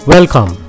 Welcome